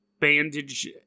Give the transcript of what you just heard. bandage